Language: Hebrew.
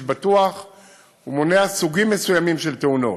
בטוח מונע סוגים מסוימים של תאונות.